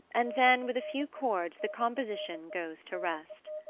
and then with a few chords the composition goes to rest.